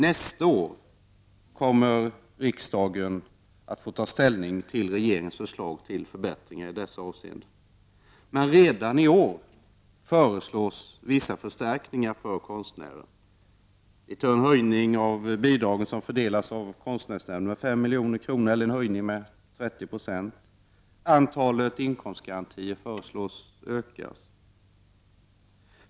Nästa år kommer riksdagen att få ta ställning till regeringens förslag till förbättringar i det avseendet. Men redan i år föreslås vissa förstärkningar för konstnärer. Dit hör förslagen om en höjning av de bidrag som fördelas av konstnärsnämnden med 5 milj.kr. eller en höjning med 30 90. Antalet inkomstgarantier föreslås ökas.